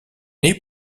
est